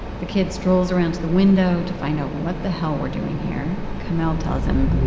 the kid strolls around to the window to find out what the hell we're doing here. kamel tells him,